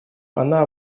она